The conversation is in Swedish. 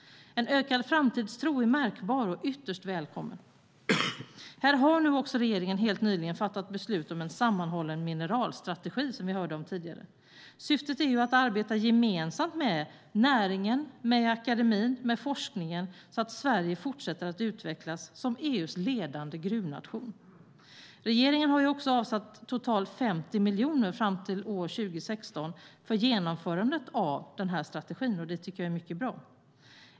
En ökad framtidstro är märkbar och ytterst välkommen. Regeringen har helt nyligen fattat beslut om en sammanhållen mineralstrategi, som vi hörde om tidigare. Syftet är att arbeta gemensamt med näringen, akademin och forskningen så att Sverige fortsätter att utvecklas som EU:s ledande gruvnation. Regeringen har också avsatt totalt 50 miljoner fram till år 2016 för genomförandet av strategin, och det tycker jag är mycket bra.